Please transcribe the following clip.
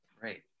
Great